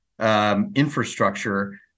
infrastructure